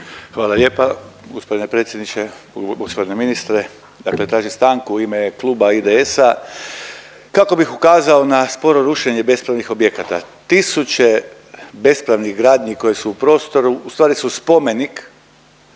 Hvala lijepa g. predsjedniče, g. ministre, dakle tražim stanku u ime Kluba IDS-a kako bih ukazao na sporo rušenje bespravnih objekata. Tisuće bespravnih gradnji koje su u prostoru ustvari su spomenik